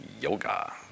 yoga